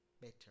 better